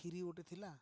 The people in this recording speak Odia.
କ୍ଷୀରି ଗୋଟେ ଥିଲା